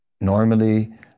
Normally